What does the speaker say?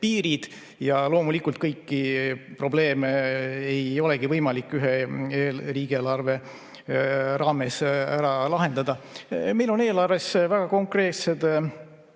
piirid. Ja loomulikult kõiki probleeme ei olegi võimalik ühe riigieelarve raames ära lahendada. Meil on eelarves väga konkreetsed